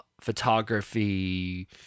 photography